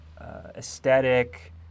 aesthetic